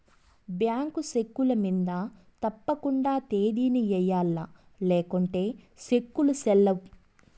bank చెక్కుల మింద తప్పకండా తేదీని ఎయ్యల్ల లేకుంటే సెక్కులు సెల్లవ్